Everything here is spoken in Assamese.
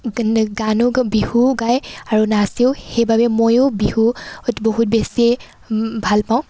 গানো বিহুও গায় আৰু নাচেও সেইবাবে মইয়ো বিহু হয়তো বহুত বেছিয়ে ভাল পাওঁ